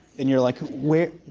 and you're like, where.